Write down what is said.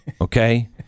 Okay